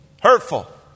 Hurtful